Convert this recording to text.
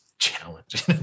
challenge